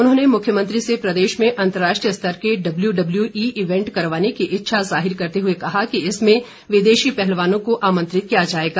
उन्होंने मुख्यमंत्री से प्रदेश में अंतरराष्ट्रीय स्तर के डब्ल्यू डब्ल्यू ई इवेंट करवाने की इच्छा जाहिर करते हुए कहा कि इसमें विदेशी पहलवानों को आमंत्रित किया जाएगा